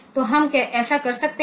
तो हम ऐसा कर सकते हैं